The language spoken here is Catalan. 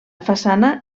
façana